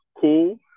cool